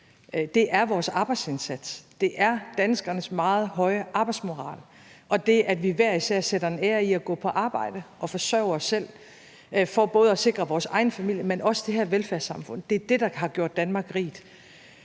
det er vores arbejdsindsats. Det er danskernes meget høje arbejdsmoral og det, at vi hver især sætter en ære i at gå på arbejde og forsørge os selv for både at sikre vores egen familie, men også det her velfærdssamfund. Det er det, der har gjort Danmark rigt.